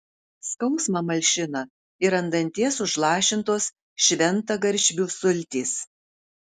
skausmą malšina ir ant danties užlašintos šventagaršvių sultys